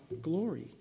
glory